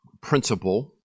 principle